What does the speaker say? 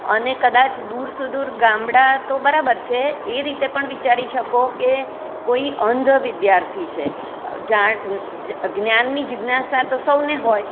અને કદાચ દૂર સુદૂર ગામડા તો બરાબર છે એ રીતે પણ વિચારી શકો કે કોઈ અંધ વિદ્યાર્થી છે જાણ જ્ઞાનની જિજ્ઞાસા તો સૌને હોય